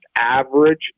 average